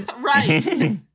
Right